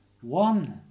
One